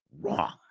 wrong